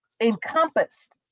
encompassed